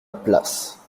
place